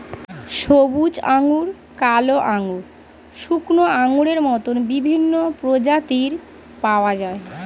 সবুজ আঙ্গুর, কালো আঙ্গুর, শুকনো আঙ্গুরের মত বিভিন্ন প্রজাতির পাওয়া যায়